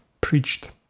preached